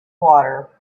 water